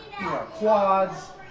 quads